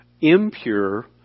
impure